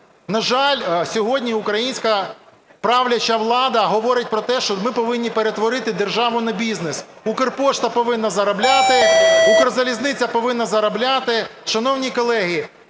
На жаль, сьогодні українська правляча влада говорить про те, що ми повинні перетворити державу на бізнес, "Укрпошта" повинна заробляти, "Укрзалізниця" повинна заробляти. Шановні колеги,